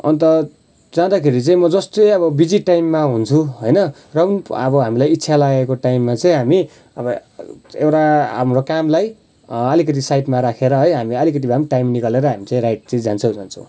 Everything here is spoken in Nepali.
अन्त जादाँखेरि चाहिँ म जस्तै अब बिजी टाइममा हुन्छु होइन र पनि अब हामीलाई इच्छा लागेको टाइममा चाहिँ हामी अब एउटा हाम्रो कामलाई अलिकति साइडमा राखेर है हामी अलिकति भए पनि टाइम निकालेर हामी चाहिँ राइड चाहिँ जान्छौँ जान्छौँ